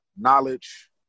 knowledge